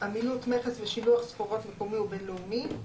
עמילות מכס ושילוח סחורות מקומי ובינלאומי.